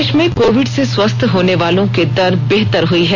देश में कोविड से स्वस्थ होने वालों की दर बेहतर हुई है